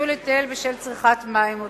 ביטול ההיטל בשל צריכת מים עודפת.